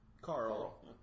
Carl